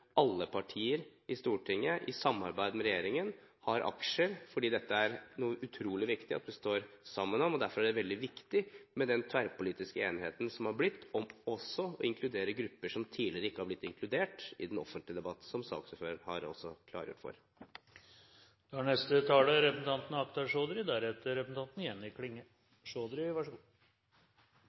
alle partier i Stortinget, i samarbeid med regjeringen, har aksjer, fordi det er utrolig viktig at vi står sammen om dette. Derfor er det veldig viktig med den tverrpolitiske enigheten som er blitt om også å inkludere grupper som tidligere ikke er blitt inkludert i den offentlige debatt, som saksordføreren altså har redegjort for.